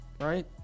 right